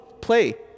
play